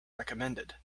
recommended